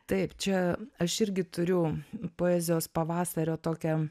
taip čia aš irgi turiu poezijos pavasario tokią